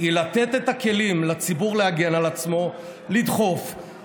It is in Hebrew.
שלא רוצים להגיע לגל של צרות נפשיות בגלל, למה,